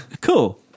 Cool